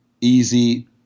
easy